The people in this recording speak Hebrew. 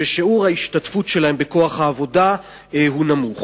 ששיעור ההשתתפות שלהם בכוח העבודה הוא נמוך.